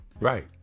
Right